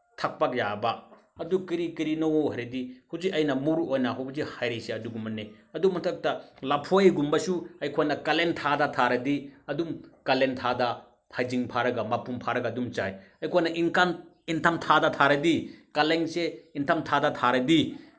ꯊꯛꯄ ꯌꯥꯕ ꯑꯗꯨ ꯀꯤꯔꯤ ꯀꯤꯔꯤꯅꯣ ꯍꯥꯏꯔꯗꯤ ꯍꯧꯖꯤꯛ ꯑꯩꯅ ꯃꯣꯔꯣꯛ ꯑꯣꯏꯅ ꯍꯧꯖꯤꯛ ꯑꯩꯅ ꯍꯥꯏꯔꯤꯁꯦ ꯑꯗꯨꯒꯨꯝꯕꯅꯦ ꯑꯗꯨ ꯃꯊꯛꯇ ꯂꯐꯣꯏꯒꯨꯝꯕꯁꯨ ꯑꯩꯈꯣꯏꯅ ꯀꯥꯂꯦꯟ ꯊꯥꯗ ꯊꯥꯔꯗꯤ ꯑꯗꯨꯝ ꯀꯥꯂꯦꯟ ꯊꯥꯗ ꯍꯩꯖꯤꯡ ꯐꯥꯔꯒ ꯃꯄꯨꯡ ꯐꯥꯔꯒ ꯑꯗꯨꯝ ꯆꯥꯏ ꯑꯩꯈꯣꯏꯅ ꯏꯟꯊꯝ ꯊꯥꯗ ꯊꯥꯔꯗꯤ ꯀꯥꯂꯦꯟꯁꯦ ꯏꯟꯊꯝ ꯊꯥꯗ ꯊꯥꯔꯗꯤ